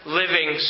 living